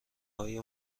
های